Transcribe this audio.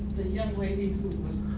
the young lady who